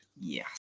Yes